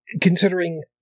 considering